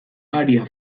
aria